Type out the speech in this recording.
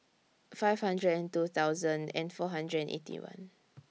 five hundred and two thousand and four hundred and Eighty One